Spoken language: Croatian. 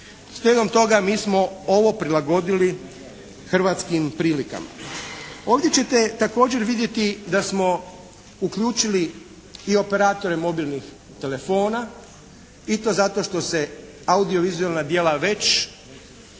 Slijedom toga mi smo ovo prilagodili hrvatskim prilikama. Ovdje ćete također vidjeti da smo uključili i operatore mobilnih telefona i to zato što se audiovizualna djela već